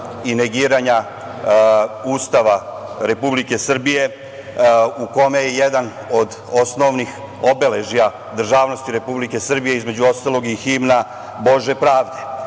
i negiranja Ustava Republike Srbije u kome je jedan od osnovnih obeležja državnosti Republike Srbije između ostalog i himna „Bože pravde“.Ovo